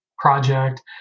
project